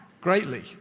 greatly